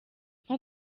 nko